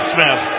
Smith